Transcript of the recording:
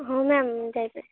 ହଁ ମ୍ୟାମ୍ ମୁଁ ଯାଇପାରିବି